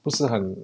不是很